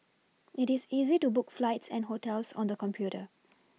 it is easy to book flights and hotels on the computer